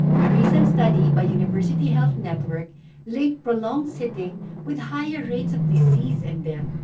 a recent study by university health network linked prolonged sitting with higher rates of disease and death.